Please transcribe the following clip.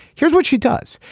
here's what she does.